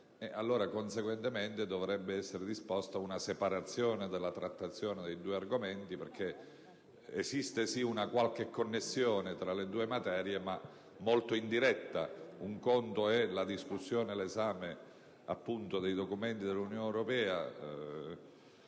due votazioni distinte, dovrebbe essere allora disposta una separazione della trattazione dei due argomenti, perché esiste sì una qualche connessione tra le due materie, ma molto indiretta. Un conto infatti è la discussione e l'esame dei documenti dell'Unione europea